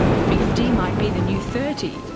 fifty might be the new thirty,